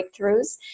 breakthroughs